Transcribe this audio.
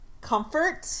comfort